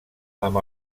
amb